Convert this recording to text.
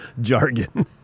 jargon